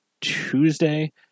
Tuesday